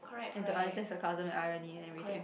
and to understand sarcasm and irony and everything